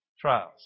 Trials